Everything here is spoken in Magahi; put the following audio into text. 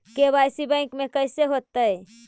के.वाई.सी बैंक में कैसे होतै?